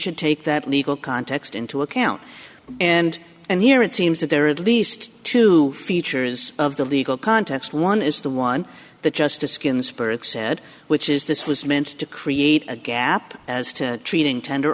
should take that legal context into account and and here it seems that there are at least two features of the legal context one is the one that justice ginsburg said which is this was meant to create a gap as to treating tender